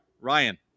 Ryan